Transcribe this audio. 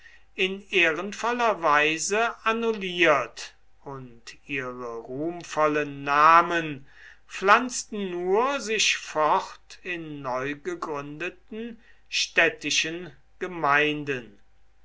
in ehrenvoller weise annulliert und ihre ruhmvollen namen pflanzten nur sich fort in neugegründeten städtischen gemeinden